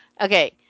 Okay